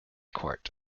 court